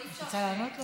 אי-אפשר, רוצה לענות לו?